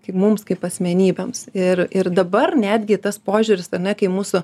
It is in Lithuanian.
kaip mums kaip asmenybėms ir ir dabar netgi tas požiūris tada kai mūsų